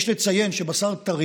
יש לציין שהבשר הטרי